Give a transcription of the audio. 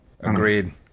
Agreed